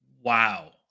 Wow